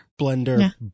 Blender